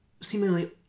seemingly